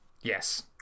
yes